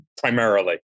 Primarily